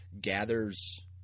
gathers